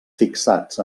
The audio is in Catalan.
fixats